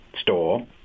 store